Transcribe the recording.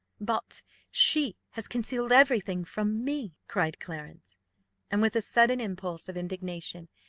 but she has concealed every thing from me, cried clarence and, with a sudden impulse of indignation,